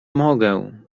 mogę